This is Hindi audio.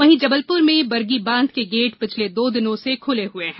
वहीं जबलपुर में बरगी बांध के गेट पिछले दो दिनों से खुले हुए हैं